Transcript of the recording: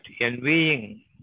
envying